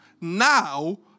Now